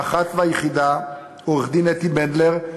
האחת והיחידה, עורכת-דין אתי בנדלר.